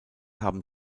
haben